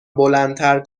بلندتر